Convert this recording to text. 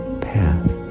path